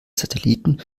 satelliten